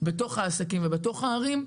בתוך העסקים ובתוך הערים,